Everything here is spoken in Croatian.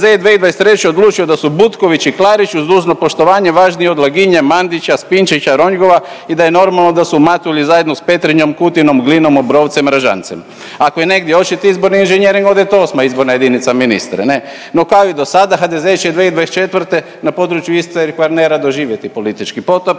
HDZ je 2023. odlučio da su Butković i Klarić uz dužno poštovanje vaš dio od Laginje, Mandića, Spinčića, Ronjgova i da je normalno da su Matulji zajedno s Petrinjom, Kutinom, Glinom, Obrovcem, Ražancem. Ako je negdje očit izborni inženjering onda je to VIII. izborna jedinica ministre ne, no kao i dosada HDZ će 2024. na području Istre i Kvarnera doživjeti politički potop